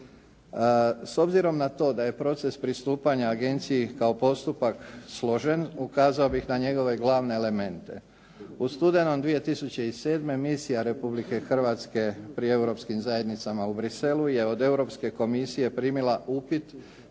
S obzirom na to da je proces pristupanja agenciji kao postupak složen, ukazao bih na njegove glavne elemente. U studenom 2007. misija Republike Hrvatske pri europskim zajednicama u Bruxellesu je od Europske Komisije primila upit